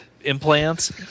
implants